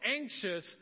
anxious